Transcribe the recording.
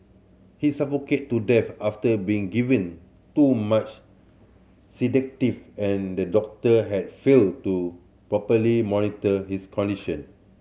he suffocated to death after being given too much and the doctor had failed to properly monitor his condition